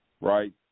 right